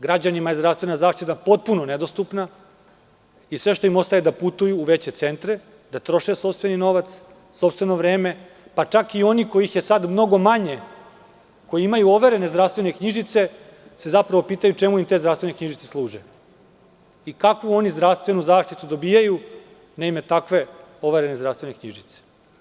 Građanima je zdravstvena zaštita potpuno nedostupna i sve što im ostaje je da putuju u veće centre, da troše sopstveni novac, sopstveno vreme, pa čak i oni kojih je sada mnogo manje, koji imaju overene zdravstvene knjižice se zapravo pitaju čemu im služe i kakvu zdravstvenu zaštitu dobijaju na ime takve overene zdravstvene knjižice.